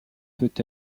peut